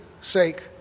sake